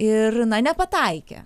ir na nepataikė